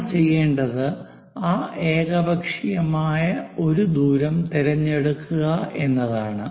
നമ്മൾ ചെയ്യേണ്ടത് അ ഏകപക്ഷീയമായ ഒരു ദൂരം തിരഞ്ഞെടുക്കുക എന്നതാണ്